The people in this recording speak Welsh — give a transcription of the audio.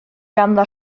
ganddo